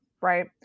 right